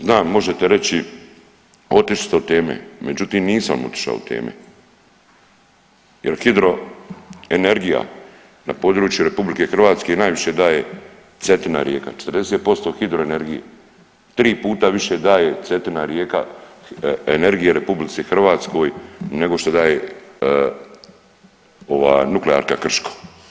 Znam možete reći otišli ste od teme, međutim nisam otišao od teme jer hidroenergija na području RH najviše daje Cetina rijeka, 40% hidroenergije, tri puta više daje Cetina rijeka energije RH nego što daje ova nuklearka Krško.